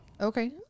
Okay